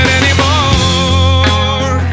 anymore